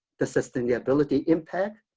the sustainability impact,